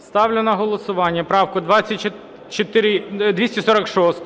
Ставлю на голосування правку 246.